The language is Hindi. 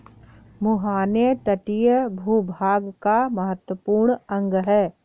मुहाने तटीय भूभाग का महत्वपूर्ण अंग है